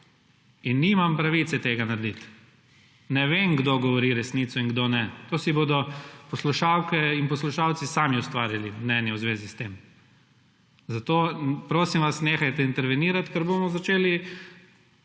in nimam pravice tega narediti. Ne vem, kdo govori resnico in kdo ne, to si bodo poslušalke in poslušalci sami ustvarili mnenje v zvezi s tem. Zato, prosim vas, nehajte intervenirati, ker bomo začeli